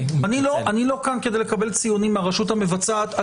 אני לא כאן כדי לקבל ציונים המרשות המבצעת.